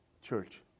church